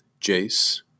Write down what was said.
Jace